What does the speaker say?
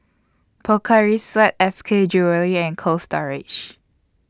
Pocari Sweat S K Jewellery and Cold Storage